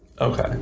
Okay